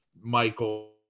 Michael